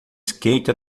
skate